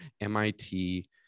MIT